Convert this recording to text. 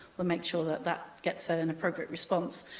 we'll make sure that that gets ah an appropriate response.